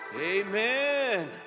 Amen